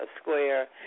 Square